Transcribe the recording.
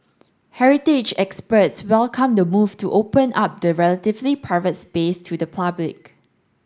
heritage experts welcomed the move to open up the relatively private space to the public